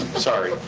sorry.